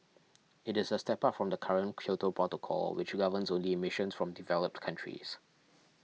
it is a step up from the current Kyoto Protocol which governs only emissions from developed countries